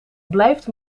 blijft